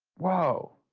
wow.